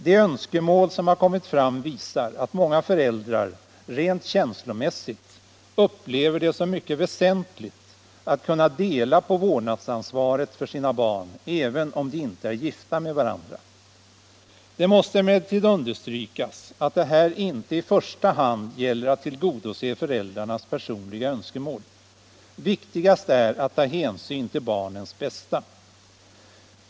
De önskemål som har kommit fram visar att många föräldrar rent känslomässigt upplever det som mycket väsentligt att kunna dela på vårdnadsansvaret för sina barn, även om de inte är gifta med varandra. Det måste emellertid understrykas att det här inte i första hand gäller att tillgodose föräldrarnas personliga önskemål. Viktigast är att ta hänsyn till barnens bästa.